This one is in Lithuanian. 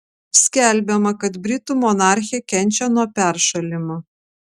skelbiama kad britų monarchė kenčia nuo peršalimo